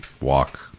walk